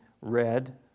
red